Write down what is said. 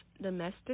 domestic